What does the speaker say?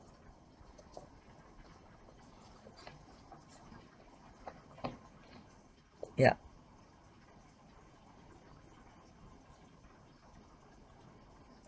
yup